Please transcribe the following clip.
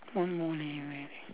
one more leh where